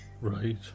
Right